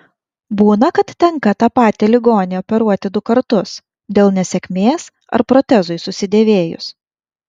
būna kad tenka tą patį ligonį operuoti du kartus dėl nesėkmės ar protezui susidėvėjus